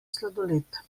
sladoled